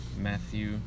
Matthew